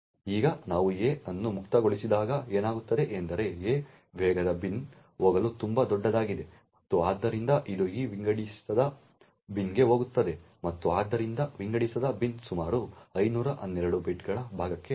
ಈಗ ನಾವು a ಅನ್ನು ಮುಕ್ತಗೊಳಿಸಿದಾಗ ಏನಾಗುತ್ತದೆ ಎಂದರೆ a ವೇಗದ ಬಿನ್ಗೆ ಹೋಗಲು ತುಂಬಾ ದೊಡ್ಡದಾಗಿದೆ ಮತ್ತು ಆದ್ದರಿಂದ ಇದು ಈ ವಿಂಗಡಿಸದ ಬಿನ್ಗೆ ಹೋಗುತ್ತದೆ ಮತ್ತು ಆದ್ದರಿಂದ ವಿಂಗಡಿಸದ ಬಿನ್ ಸುಮಾರು 512 ಬೈಟ್ಗಳ ಭಾಗಕ್ಕೆ ಅನುರೂಪವಾಗಿರುವ ನಮೂದನ್ನು ಹೊಂದಿರುತ್ತದೆ